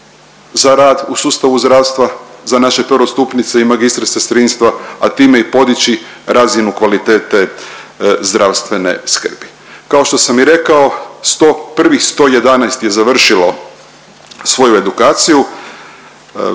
za rad u sustavu zdravstva za naše prvostupnice i magistre sestrinstva, a time i podići razinu kvalitete zdravstvene skrbi. Kao što sam i rekao 100, prvih 111 je završilo svoju edukaciju.